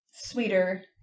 Sweeter